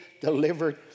delivered